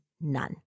none